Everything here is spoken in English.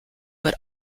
but